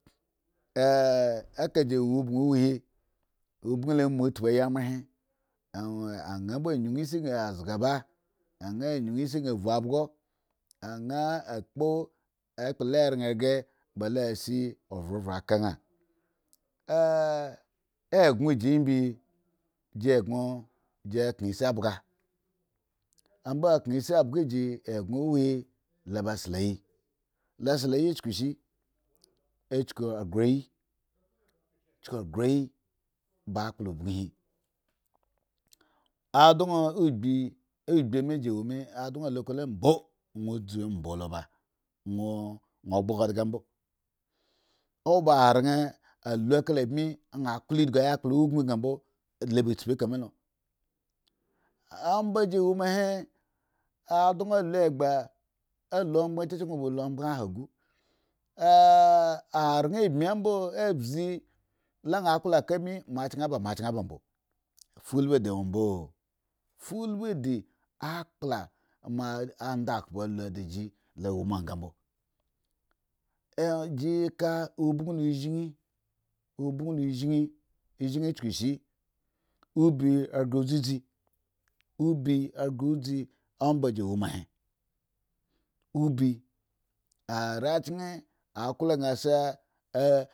ekaji wo obon he huhe he obonlo amuu atpuyi amre afyun isi gan zga ba agan yidin gan vv abso nga a kpo ekpla la ran ghre balosi ovrevre ka on eggon ji mbi ji ejjon jikan isi bga ambo kan isi bgaji uhuhi loba sla ayi la sla ayi chuku ishi uchuku ogoayi ba akpla ogun hi adan ugbi ugbi me ji wome adan lo ka won mbo la dzu mbo lo ba wan gbga udga mbo a we ba are la wo kahe obon gan mbo lo ba dzu ekahelo omha oi woma he adan a lo ogbon chechen won ba lo oha gu hren mbi mbo bzi la an wo ka mbi me chen fa alboi di mbo fuulbi de awo mbo fufubi di akpala mo andakubo loda ji lo we me nga mbo eji ka obon eshzen esheen eszen chukuishi dzuzi ubi ghre ghre udzi ombaji uso ma he are chen aklo.